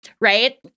Right